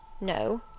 No